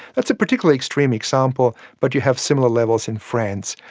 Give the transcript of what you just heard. that's a particularly extreme example but you have similar levels in france,